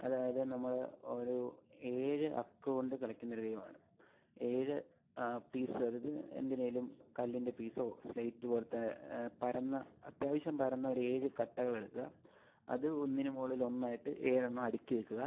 അതായത് നമ്മൾ ഒരു ഏഴ് അക്കോണ്ട് കളിക്കുന്ന ഒരു ഗെയിം ആ ണ് ഏഴ് പീസ് അതായത് എന്തിനേലും കല്ലിൻ്റെ പീസോ സ്ലേറ്റ് പോലത്തെ പരന്ന അത്യാവശ്യം പരന്ന ഒരു ഏഴ് കട്ടകളെടുക്കുക അത് ഒന്നിന് മുകളിൽ ഒന്നായിട്ട് ഏഴെണ്ണം അടുക്കി വയ്ക്കുക